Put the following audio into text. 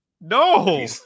No